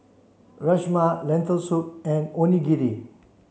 Rajma Lentil soup and Onigiri